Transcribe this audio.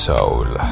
Soul